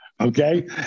okay